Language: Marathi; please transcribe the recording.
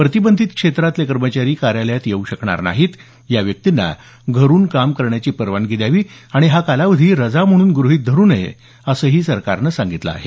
प्रतिबंधित क्षेत्रातले कर्मचारी कार्यालयात येऊ शकणार नाहीत या व्यक्तींना घरून काम करण्याची परवानगी द्यावी आणि हा कालावधी रजा म्हणून गृहित धरु नये असंही सरकारनं सांगितलं आहे